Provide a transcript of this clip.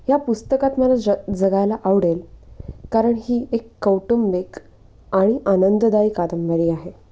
या पुस्तकात मला ज जगायला आवडेल कारण ही एक कौटुंबिक आणि आनंददायी कादंबरी आहे